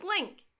Link